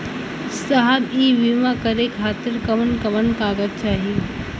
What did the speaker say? साहब इ बीमा करें खातिर कवन कवन कागज चाही?